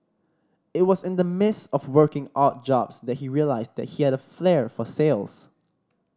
it was in the midst of working odd jobs that he realised that he had a flair for sales